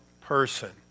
person